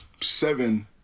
seven